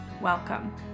welcome